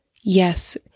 yes